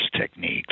techniques